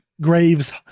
Graves